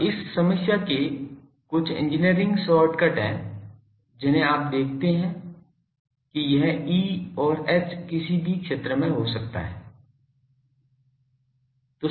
अब इस समस्या के कुछ इंजीनियरिंग शॉर्टकट हैं जिन्हें आप देखते हैं कि यह E और H किसी भी क्षेत्र में हो सकता है